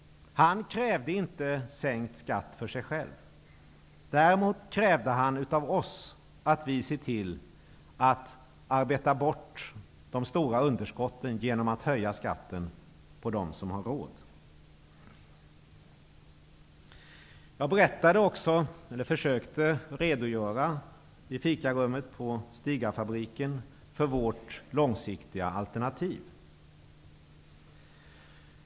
Han krävde inte sänkt skatt för sig själv. Däremot krävde han av oss politiker att vi ser till att arbeta bort de stora underskotten genom att höja skatten för dem som har råd. Jag försökte i fikarummet på Stigafabriken också redogöra för vårt långsiktiga alternativ.